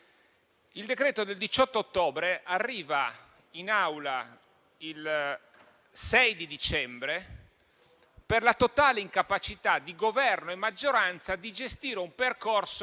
Il decreto del 18 ottobre arriva in Aula il 6 dicembre, per la totale incapacità di Governo e maggioranza di gestire un percorso che,